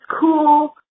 cool